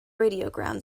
radiogram